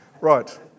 right